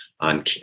on